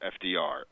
FDR